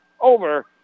over